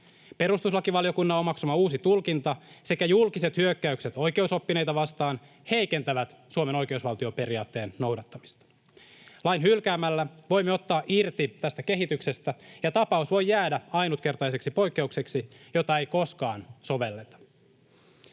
Perustuslakivaliokunnan omaksuma uusi tulkinta sekä julkiset hyökkäykset oikeusoppineita vastaan heikentävät Suomen oikeusvaltioperiaatteen noudattamista. Lain hylkäämällä voimme ottaa irti tästä kehityksestä, ja tapaus voi jäädä ainutkertaiseksi poikkeukseksi, jota ei koskaan sovelleta.